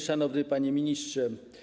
Szanowny Panie Ministrze!